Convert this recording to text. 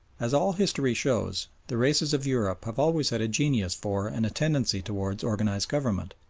as all history shows, the races of europe have always had a genius for and a tendency towards organised government.